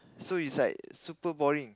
so is like super boring